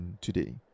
today